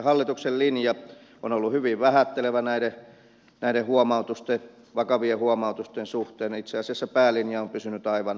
hallituksen linja on ollut hyvin vähättelevä näiden vakavien huomautusten suhteen ja itse asiassa päälinja on pysynyt aivan samana